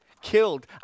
Killed